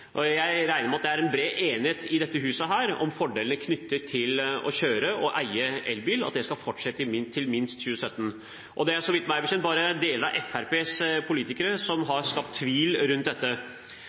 Jeg regner med at det er en bred enighet i dette huset om fordelene knyttet til å kjøre og eie elbil, at det skal fortsette til minst 2017, og det er, så vidt jeg vet, bare en del av Fremskrittspartiets politikere som har skapt tvil rundt dette.